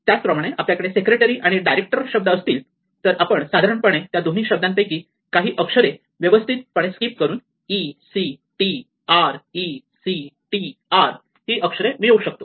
त्याचप्रमाणे आपल्याकडे सेक्रेटरी आणि डायरेक्टर शब्द असतील तर आपण साधारणपणे त्या दोन्ही शब्दांपैकी काही अक्षर व्यवस्थितपणे स्किप करून e c t r e c t r ही अक्षर मिळू शकता